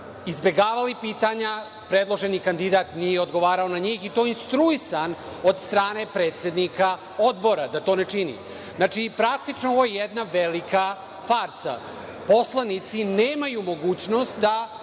izbegavali pitanja. Predloženi kandidat nije odgovarao na njih i to instruisan od strane predsednika Odbora da to ne čini. Znači, praktično, ovo je jedna velika farsa. Poslanici nemaju mogućnost da